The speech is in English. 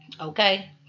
okay